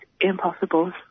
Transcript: impossible